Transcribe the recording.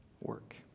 work